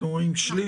אתם רואים שליש,